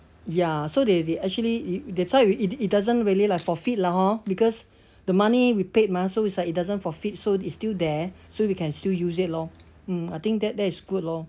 ya so they they actually it that's why it it doesn't really like forfeit lah hor because the money we paid mah so it's like it doesn't forfeit so it's still there so we can still use it lor mm I think that that is good lor